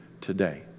today